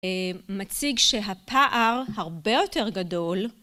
מציג שהפער הרבה יותר גדול